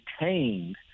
retained